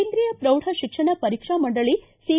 ಕೇಂದ್ರೀಯ ಪ್ರೌಢ ಶಿಕ್ಷಣ ಪರೀಕ್ಷಾ ಮಂಡಳಿ ಸಿ